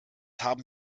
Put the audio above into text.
haben